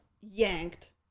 yanked